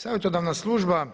Savjetodavna služba